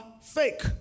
fake